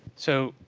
so